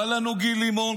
בא לנו גיל לימון,